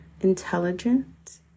intelligent